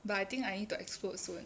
but I think I need to explode soon